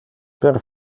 per